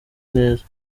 neza